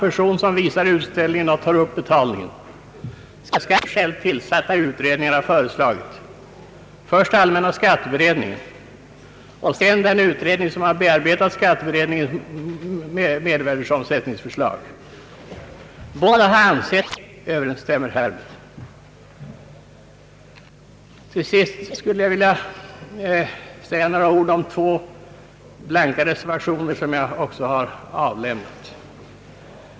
Här finns alltså åtskilliga gränsdragningssvårigheter som kan få besvärande konsekvenser. Reservanterna delar liksom motionärerna vad två av finansministern själv tillsatta utredningar har föreslagit, först allmänna skatteberedningen och sedan den utredning som har bearbetat skatteberdningens förslag till mervärdeskatt. Båda har ansett praktiska skäl tala för att generellt hänföra konstnärernas försäljning av egna verk till verksamhet som faller utanför mervärdebeskattningens ram. Yrkandet i reservation 3 överensstämmer härmed. Till sist skulle jag vilja säga några ord om två blanka reservationer som jag har avgivit.